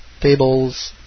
tables